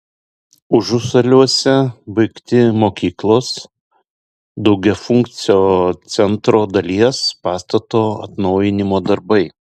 užusaliuose baigti mokyklos daugiafunkcio centro dalies pastato atnaujinimo darbai